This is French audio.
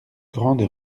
grande